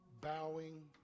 bowing